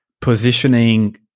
positioning